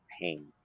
pain